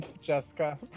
Jessica